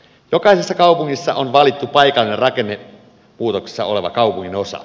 jokaisessa kaupungissa on valittu paikallinen rakennemuutoksessa oleva kaupunginosa